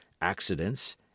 accidents